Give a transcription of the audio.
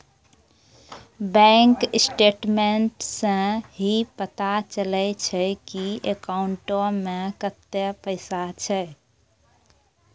bank statements सं ही पता चलै छै की अकाउंटो मे कतै पैसा छै